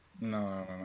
No